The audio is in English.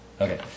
Okay